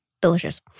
Delicious